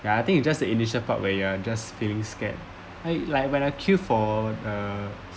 ya I think it just the initial part where you are just feeling scared I like when I queue for uh